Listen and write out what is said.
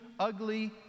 ugly